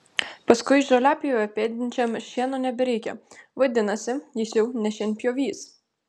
paskui žoliapjovę pėdinančiam šieno nebereikia vadinasi jis jau ne šienpjovys